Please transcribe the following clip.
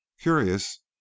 curious